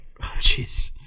Jeez